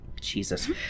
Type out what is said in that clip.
Jesus